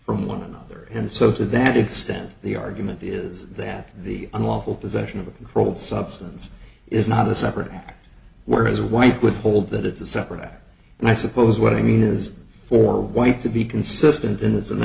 from one another and so to that extent the argument is that the unlawful possession of a controlled substance is not a separate act whereas white with hold that it's a separate act and i suppose what i mean is for white to be consistent in its an